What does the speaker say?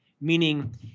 meaning